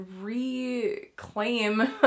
reclaim